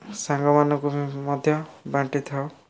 ସାଙ୍ଗମାନଙ୍କୁ ମୁଁ ମଧ୍ୟ ବାଣ୍ଟି ଥାଉ